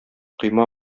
койма